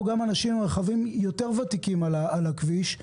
גם אנשים עם רכבים יותר ותיקים על הכביש,